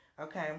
Okay